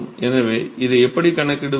எனவே இதை எப்படி கணக்கிடுவது